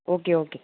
okay okay